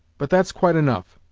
but that's quite enough.